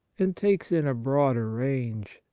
and takes in a broader range,